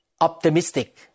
optimistic